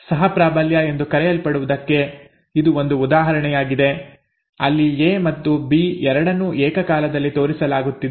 ಸಹ ಪ್ರಾಬಲ್ಯ ಎಂದು ಕರೆಯಲ್ಪಡುವುದಕ್ಕೆ ಇದು ಒಂದು ಉದಾಹರಣೆಯಾಗಿದೆ ಅಲ್ಲಿ ಎ ಮತ್ತು ಬಿ ಎರಡನ್ನೂ ಏಕಕಾಲದಲ್ಲಿ ತೋರಿಸಲಾಗುತ್ತಿದೆ